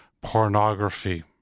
pornography